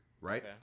right